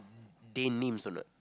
they names or not